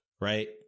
right